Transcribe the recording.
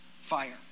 fire